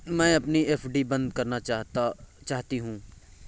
मैं अपनी एफ.डी बंद करना चाहती हूँ